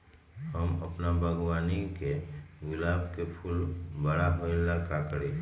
हम अपना बागवानी के गुलाब के फूल बारा होय ला का करी?